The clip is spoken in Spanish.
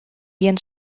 bien